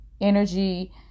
energy